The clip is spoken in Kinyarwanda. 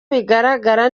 bigaragara